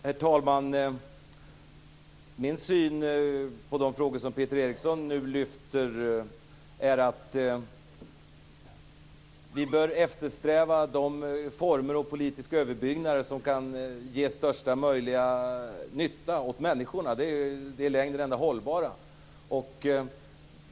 Herr talman! Min syn på de frågor Peter Eriksson nu lyfter fram är att vi bör eftersträva de former och politiska överbyggnader som kan ge största möjliga nytta åt människorna. Det är i längden det enda hållbara.